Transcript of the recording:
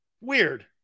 weird